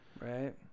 right